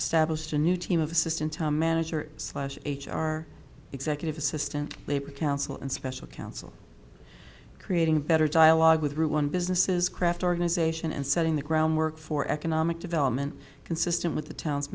established a new team of assistant manager slash h r executive assistant labor counsel and special counsel creating better dialogue with one businesses craft organization and setting the groundwork for economic development consistent with the town